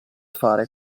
fare